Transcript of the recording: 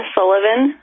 Sullivan